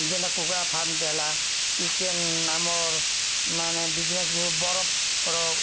ଯେନ୍ଟା କୁକୁଡ଼ା ଫାର୍ମଟେ ହେଲା ଚିକେନ୍ ଆମର୍ ମାନେ ବିଜନେସ ଗ ବରଫର